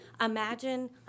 Imagine